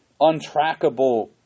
untrackable